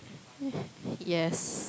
yes